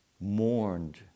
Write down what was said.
mourned